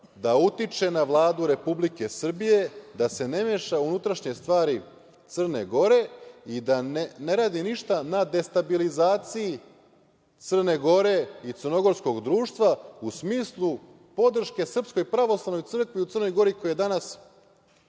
da utiče na Vladu Republike Srbije da se ne meša u unutrašnje stvari Crne Gore i da ne radi ništa na destabilizaciji Crne Gore i crnogorskog društva, u smislu podrške SPC u Crnoj Gori koja je danas